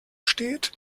steht